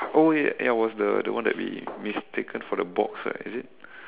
oh wait ya was the the one that we mistaken for the box ah is it